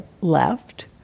left